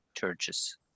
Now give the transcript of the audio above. churches